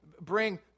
bring